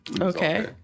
Okay